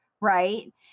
right